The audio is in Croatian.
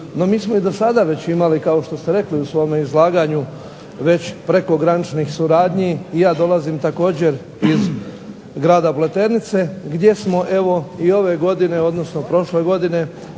mi smo i sada već imali, kao što ste rekli u svome izlaganju već prekograničnih suradnji i ja dolazim također iz grada Pleternice gdje smo i ove godine odnosno prošle godine